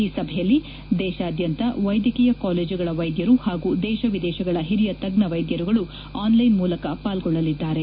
ಈ ಸಭೆಯಲ್ಲಿ ದೇಶಾದ್ಯಂತ ವೈದ್ಯಕೀಯ ಕಾಲೇಜುಗಳ ವೈದ್ಯರು ಹಾಗೂ ದೇಶ ವಿದೇಶಗಳ ಹಿರಿಯ ತಜ್ಞ ವೈದ್ಯರುಗಳು ಆನ್ಲೈನ್ ಮೂಲಕ ಪಾಲ್ಗೊಳ್ಳಲಿದ್ದಾರೆ